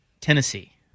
Tennessee